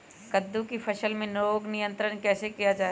कददु की फसल में रोग नियंत्रण कैसे किया जाए?